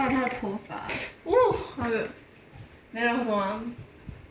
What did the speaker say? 她的 then 然后什么 ah